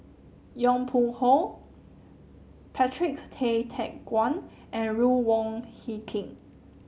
Yong Pung How Patrick Tay Teck Guan and Ruth Wong Hie King